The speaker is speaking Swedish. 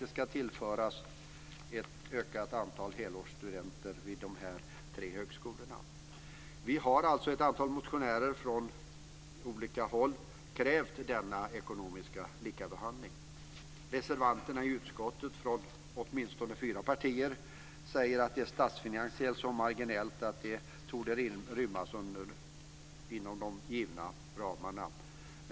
Ett antal motionärer från olika håll har krävt att dessa högskolor ska behandlas på samma sätt som andra vad gäller ekonomin. Reservanterna i utskottet - de kommer från åtminstone fyra partier - säger att det statsfinansiellt innebär så lite att förändringen torde rymmas inom de givna ramarna.